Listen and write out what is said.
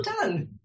done